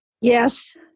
Yes